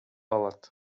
алат